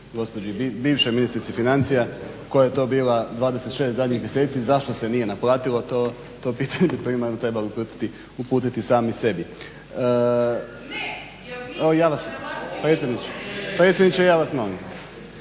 gospođi bivšoj ministrici financija koja je to bila 26 zadnjih mjeseci, zašto se nije naplatilo to, to pitanje primarno trebali uputiti sami sebi… …/Upadica Dalić: